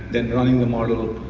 then running the model